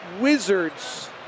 Wizards